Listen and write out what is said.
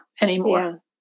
anymore